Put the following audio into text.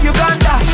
Uganda